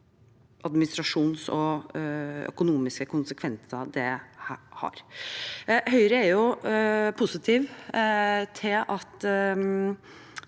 administrative og økonomiske konsekvenser dette har. Høyre er positiv til at